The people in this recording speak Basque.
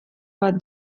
bat